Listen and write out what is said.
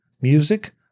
music